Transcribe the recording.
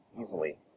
easily